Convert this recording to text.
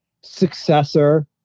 successor